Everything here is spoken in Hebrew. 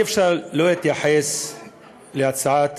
אי-אפשר לא להתייחס להצעת